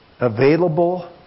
available